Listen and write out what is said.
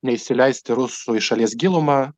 neįsileisti rusų į šalies gilumą